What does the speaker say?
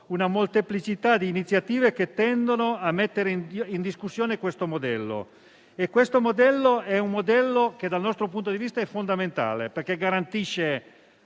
una molteplicità di iniziative che tendono a mettere in discussione questo modello, che dal nostro punto di vista è fondamentale perché garantisce